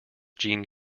gene